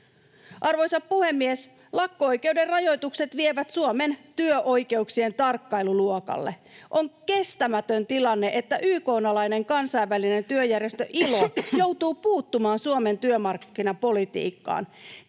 Arvoisa puhemies! Lakko-oikeuden rajoitukset vievät Suomen työoikeuksien tarkkailuluokalle. On kestämätön tilanne, että YK:n alainen Kansainvälinen työjärjestö ILO joutuu puuttumaan Suomen työmarkkinapolitiikkaan.